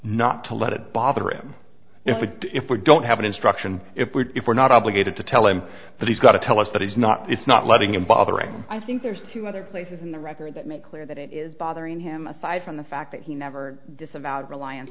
not to let it bother him if we if we don't have an instruction if we're if we're not obligated to tell him that he's got to tell us that he's not it's not letting him bothering i think there's two other places in the record that make clear that it is bothering him aside from the fact that he never disavowed reliance